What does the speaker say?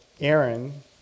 Aaron